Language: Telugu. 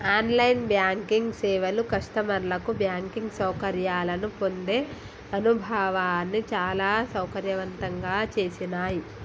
ఆన్ లైన్ బ్యాంకింగ్ సేవలు కస్టమర్లకు బ్యాంకింగ్ సౌకర్యాలను పొందే అనుభవాన్ని చాలా సౌకర్యవంతంగా చేసినాయ్